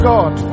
God